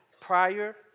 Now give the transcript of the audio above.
prior